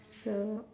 so